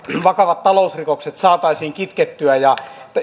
vakavat talousrikokset saataisiin kitkettyä ja